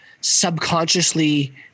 subconsciously